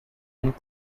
and